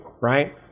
right